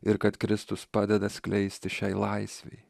ir kad kristus padeda skleistis šiai laisvei